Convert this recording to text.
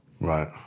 Right